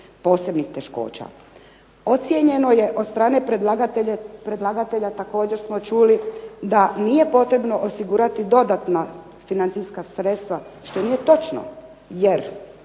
posebnih teškoća. Ocijenjeno je od strane predlagatelja također smo čuli da nije potrebno osigurati dodatna financijska sredstva što nije točno. Jer